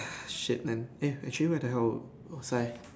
shit man eh actually where the hell was I